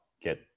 get